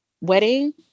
wedding